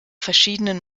verschiedenen